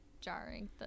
jarring